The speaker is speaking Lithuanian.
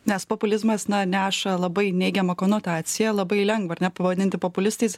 nes populizmas na neša labai neigiamą konotaciją labai lengva ar ne pavadinti populistais